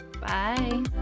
bye